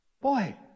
Boy